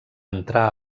entrar